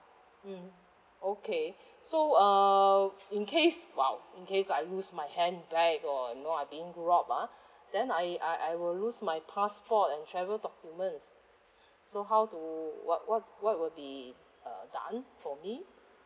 mm okay so uh in case !wow! in case I lose my handbag or you know I being robbed ah then I I I will lose my passport and travel documents so how to what what what will be uh done for me